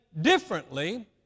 differently